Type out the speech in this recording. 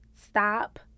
stop